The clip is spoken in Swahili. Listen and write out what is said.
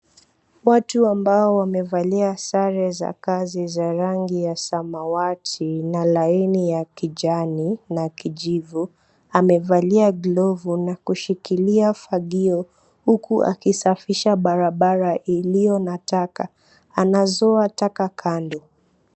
Watu ambao wamevalia sara za kazi za rangi ya samawati na laini ya kijani na kijivu amevalia glovu na kushikilia fagio, huku akisafisha barabara iliyo na taka anazoa taka kando.